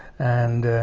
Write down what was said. and